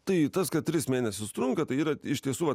tai tas kad tris mėnesius trunka tai yra iš tiesų vat